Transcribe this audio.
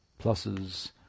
pluses